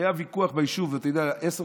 היה ויכוח ביישוב.